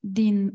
din